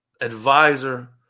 advisor